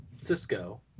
Cisco